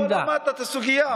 במסגרת